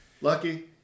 Lucky